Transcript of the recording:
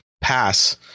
pass